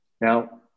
Now